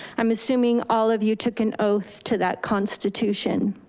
i'm assuming all of you took an oath to that constitution.